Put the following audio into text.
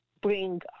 bring